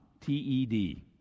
T-E-D